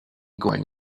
going